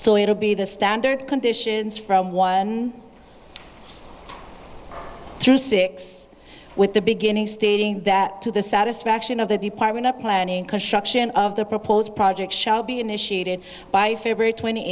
so it will be the standard conditions from one through six with the beginning stating that to the satisfaction of the department of planning construction of the proposed project shall be initiated by favorite twenty